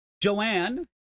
Joanne